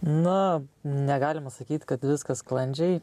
na negalima sakyti kad viskas sklandžiai